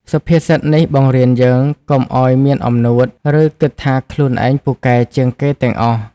សុភាសិតនេះបង្រៀនយើងកុំឲ្យមានអំនួត ឬគិតថាខ្លួនឯងពូកែជាងគេទាំងអស់។